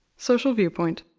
social viewpoint.